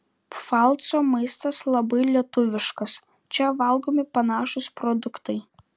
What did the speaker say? pfalco maistas labai lietuviškas čia valgomi panašūs produktai